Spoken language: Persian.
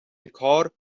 کار